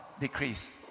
decrease